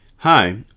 Hi